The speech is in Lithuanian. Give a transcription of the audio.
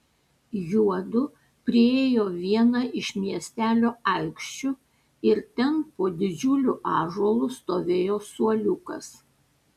juodu priėjo vieną iš miestelio aikščių ir ten po didžiuliu ąžuolu stovėjo suoliukas